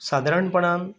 सादारणपणान